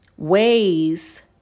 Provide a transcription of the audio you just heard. Ways